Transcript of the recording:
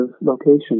location